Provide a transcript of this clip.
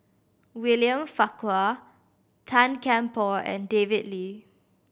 William Farquhar Tan Kian Por and David Lee